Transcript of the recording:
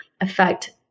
affect